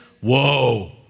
whoa